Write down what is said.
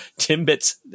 Timbit's